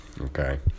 okay